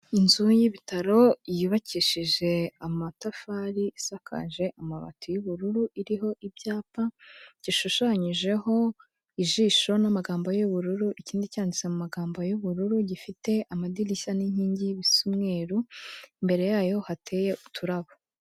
Inzu y'ibitaro yubakishije amatafari isakaje amabati y'ubururu iriho ibyapa, gishushanyijeho ijisho n'amagambo y'ubururu, ikindi cyanditse mu magambo y'ubururu gifite amadirishya n'inkingi bisa umweru, imbere yayo hateye uturabo.